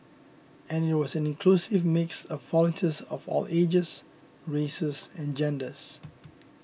and it was an inclusive mix of volunteers of all ages races and genders